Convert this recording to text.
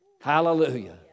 Hallelujah